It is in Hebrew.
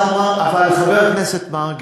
חבר הכנסת מרגי,